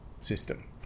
system